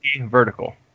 Vertical